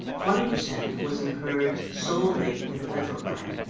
twenty percent was incurred solely for the federal claim,